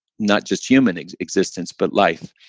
not just human existence, but life.